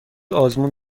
آزمون